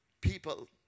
people